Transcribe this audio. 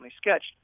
sketched